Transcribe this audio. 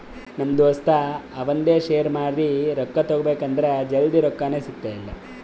ನಮ್ ದೋಸ್ತ ಅವಂದ್ ಶೇರ್ ಮಾರಿ ರೊಕ್ಕಾ ತಗೋಬೇಕ್ ಅಂದುರ್ ಜಲ್ದಿ ರೊಕ್ಕಾನೇ ಸಿಗ್ತಾಯಿಲ್ಲ